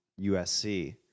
USC